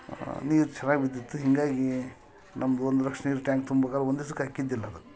ನೀರು ಚೆನ್ನಾಗಿ ಬಿದ್ದಿತ್ತು ಹಿಂಗಾಗಿ ನಮ್ದು ಒಂದು ಲಕ್ಷ ನೀರು ಟ್ಯಾಂಕ್ ತುಂಬೇಕಾರೆ ಒಂದು ದಿವ್ಸಕ್ ಹಾಕಿದ್ದಿಲ್ ಅದು